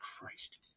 Christ